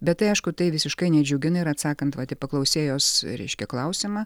bet tai aišku tai visiškai nedžiugina ir atsakant vat į paklausėjos reiškia klausimą